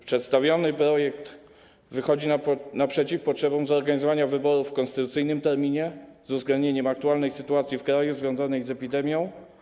Przedstawiony projekt wychodzi naprzeciw potrzebom zorganizowania wyborów w konstytucyjnym terminie, z uwzględnieniem aktualnej sytuacji w kraju związanej z epidemią.